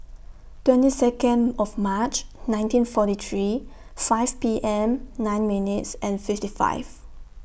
twenty Second of March nineteen forty three five P M nine minutes fifty one